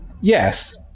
Yes